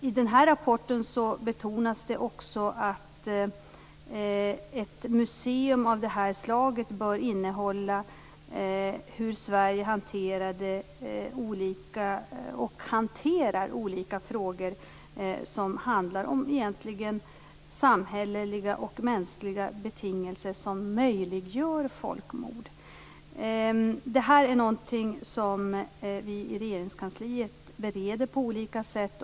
I rapporten betonas det att ett museum av det här slaget bör innehålla hur Sverige hanterade och hanterar olika frågor som handlar om samhälleliga och mänskliga betingelser som möjliggör folkmord. I Regeringskansliet bereder vi det här på olika sätt.